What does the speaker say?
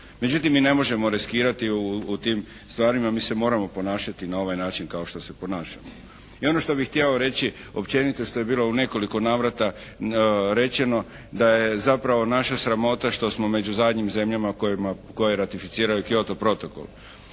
Međutim, mi ne možemo riskirati u tim stvarima. Mi se moramo ponašati na ovaj način kao što se ponašamo. I ono što bih htio reći općenito što je bilo u nekoliko navrata rečeno da je zapravo naša sramota što smo među zadnjim zemljama koje ratificiraju Kyoto protokol.